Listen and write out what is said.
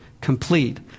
complete